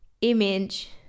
image